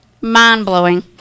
mind-blowing